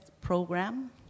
Program